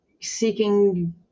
seeking